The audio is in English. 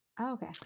Okay